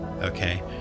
okay